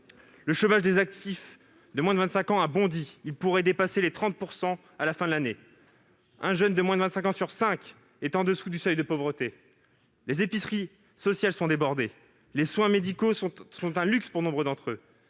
Le chômage des actifs de moins de 25 ans a bondi et pourrait dépasser les 30 % d'ici à la fin de l'année. Un jeune de moins de 25 ans sur cinq vit sous le seuil de pauvreté. Les épiceries sociales sont débordées. Les soins médicaux sont un luxe pour nombre d'entre eux.